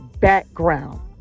background